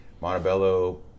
Montebello